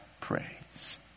praise